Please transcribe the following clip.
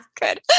Good